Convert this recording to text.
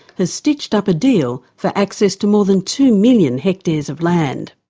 has stitched up a deal for access to more than two million hectares of land.